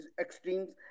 extremes